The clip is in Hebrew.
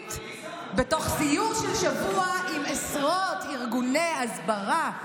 שולית בתוך סיור של שבוע עם עשרות ארגוני הסברה,